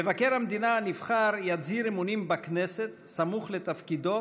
מבקר המדינה הנבחר יצהיר אמונים בכנסת סמוך לכניסה לתפקידו,